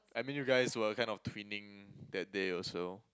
I mean you guys were kind of twinning that day also